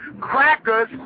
Crackers